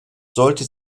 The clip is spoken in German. sollte